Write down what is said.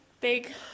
Big